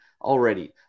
already